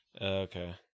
Okay